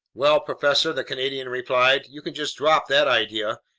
well, professor, the canadian replied, you can just drop that idea!